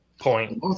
point